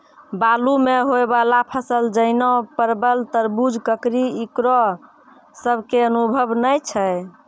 बालू मे होय वाला फसल जैना परबल, तरबूज, ककड़ी ईकरो सब के अनुभव नेय छै?